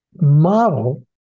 model